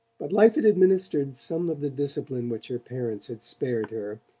but life had administered some of the discipline which her parents had spared her,